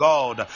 God